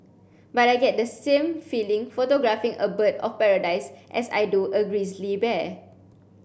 but I get the same feeling photographing a bird of paradise as I do a grizzly bear